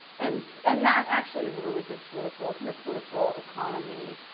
and so and that actually is a really good political, kind of political economy.